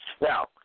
Now